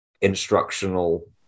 instructional